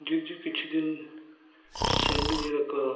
ᱡᱩᱫᱤ ᱠᱤᱪᱷᱩ ᱫᱤᱱ ᱥᱟᱺᱜᱤᱧ ᱨᱮᱠᱚ